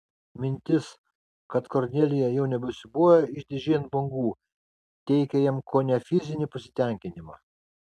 mintis kad kornelija jau nebesiūbuoja išdidžiai ant bangų teikė jam kone fizinį pasitenkinimą